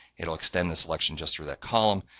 it'll extend the selection just for that column,